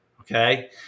Okay